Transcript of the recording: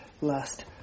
last